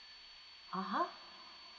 (uh huh)